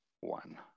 one